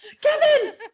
Kevin